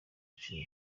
icumi